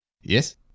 Yes